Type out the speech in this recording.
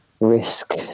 risk